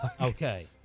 Okay